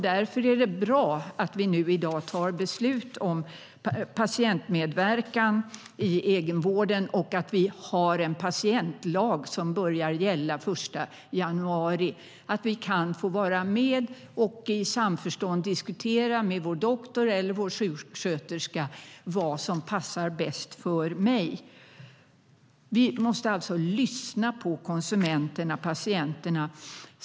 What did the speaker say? Därför är det bra att vi i dag fattar beslut om patientmedverkan i egenvården och att vi har en patientlag som börjar gälla den 1 januari. Vi kan nu få vara med och i samförstånd diskutera med vår doktor eller vår sjuksköterska vad som passar bäst för oss själva. Man måste lyssna på patienterna och konsumenterna.